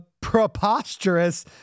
preposterous